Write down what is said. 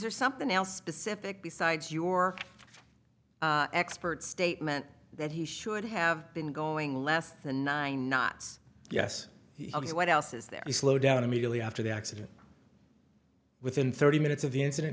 there something else specific besides your expert statement that he should have been going less than nine knots yes what else is there to slow down immediately after the accident within thirty minutes of the incident